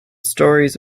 stories